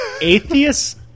Atheist